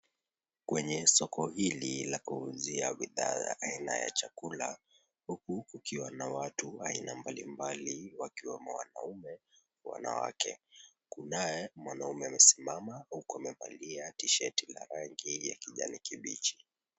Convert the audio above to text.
Kwenye soko hili la kuuzia bidhaa za aina ya chakula, huku kukiwa na watu aina mbalimbali wakiwemo wanaume, wanawake. Kunaye mwanaume amesimama huku amevalia t-shirt la rangi ya kijani kibichi.